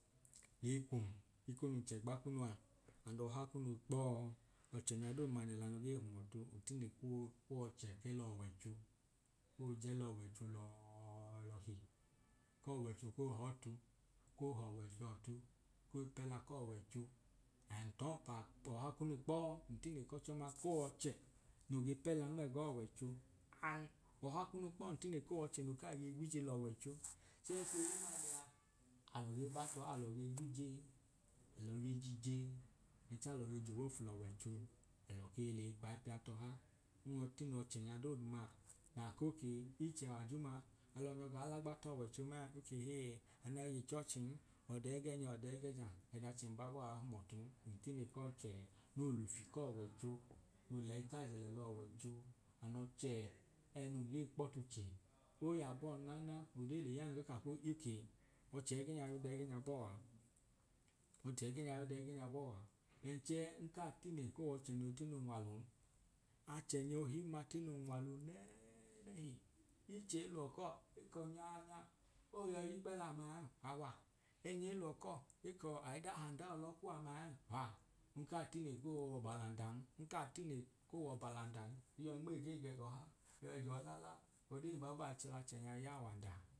Leikum eko nun chẹgba kunu and ọha kunu kpọọ ọchẹnya dooduma nẹla kunu gee hum ọtu ntine koo w’ọchẹ kẹ l’ọwọicho oo jelọwọicho lọọọọlọhi k’ọwọicho koo họọtu koo h’ọwọicho ọtu koo pẹla k’ọwọicho and tọmpa ọha kunu kpọ ntine kọọ chọma koo wọchẹ noo gee pẹla nmee g’ọwọicho an ọha kunu kpọ ntine koo w’ọche noo ge gwije l’ọwọicho chẹẹ ekohimma liyaa alọ ge ba tọha alọ ge gwije alọ gee jije chẹẹ alọ ge j’owofu l’ọwọicho alọ kei lei kwai pẹa tọha n otin’ọchẹnya dooduma naa k’iche w’ajuma alọ nyọ gaa lagba t’ọwọicho mẹẹn okẹẹhẹẹ anọọ g’ichọọchi n ọde gẹnya ọdẹẹgẹnya ẹdachẹ mbabọọ a hum ọtun ntine k’ọchẹ no lufi k’ọwọicho no lẹyi taajẹ lẹl’ọwọicho an ọchẹ ẹnun gee kpọtuche oyaa bọn nana nge lẹya e ka okee ọchẹ ẹgẹnya yọdẹẹ ẹgẹnya bọọa ọchẹ ẹgẹnya yọdẹẹ ẹgẹnya bọọa then chẹẹ nka tine ko wọchẹ noitin’unwalun achẹnya ohimma tin’unwalu nẹnẹhi, ichẹ eluwo cọll ekọ nyau nyaa ooyọi yikpẹla ama ẹẹn awa, ẹinya eluwo cọll ekọọ a’idahanda elọ kwu ama ee wa. Nkaa tine koo ọbalanda n nkaa tine koo ọbalandan yọi nmege gẹgọ ha yọi jọọla la, odee mbabọọ a chẹ lachẹnyai yawanda